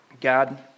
god